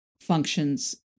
functions